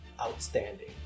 outstanding